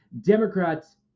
democrats